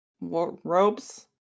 robes